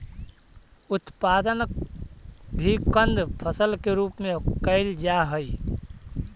उत्पादन भी कंद फसल के रूप में कैल जा हइ